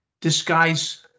disguise